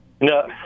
No